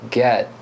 get